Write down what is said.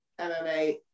MMA